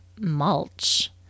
mulch